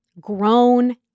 grown